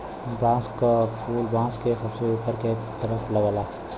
बांस क फुल बांस के सबसे ऊपर के तरफ लगला